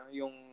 yung